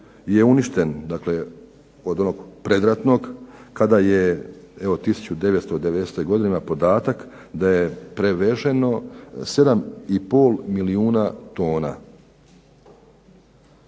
je uništen od onog predratnog kada je evo podatak od 1990. godine da je preveženo 7,5 milijuna tona.